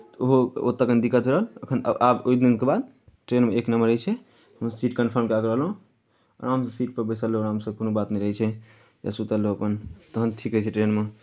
तऽ ओहो ओतय कनि दिक्कत रहल एखन आब ओहि दिनके बाद ट्रेनमे एक नंबर रहै छै अपन सीट कन्फर्म करा कऽ रहलहुँ आरामसँ सीटपर बैसल रहू आरामसँ कोनो बात नहि रहै छै या सूतल रहू अपन तखन ठीक रहै छै ट्रेनमे